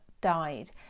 died